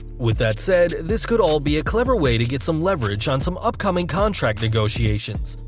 with that said, this could all be a clever way to get some leverage on some upcoming contract negotiations,